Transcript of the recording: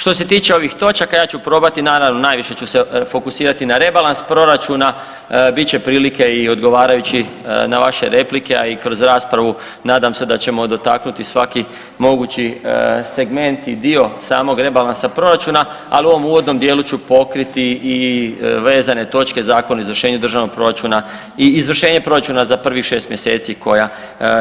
Što se tiče ovih točaka ja ću probati naravno najviše ću se fokusirati na rebalans proračuna, bit će prilike i odgovarajući na vaše replike, a i kroz raspravu nadam se da ćemo dotaknuti svaki mogući segment i dio samog rebalansa proračuna, ali u ovom uvodnom dijelu ću pokriti i vezane točke Zakon o izvršenju državnog proračuna i izvršenje proračuna za prvih šest mjeseci koja